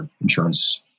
insurance